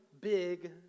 big